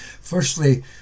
Firstly